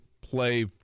play